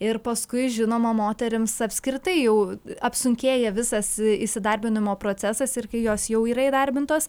ir paskui žinoma moterims apskritai jau apsunkėja visas įsidarbinimo procesas ir kai jos jau yra įdarbintos